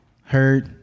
Hurt